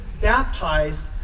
baptized